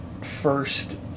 first